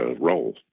role